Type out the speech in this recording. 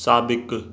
साबिक़ु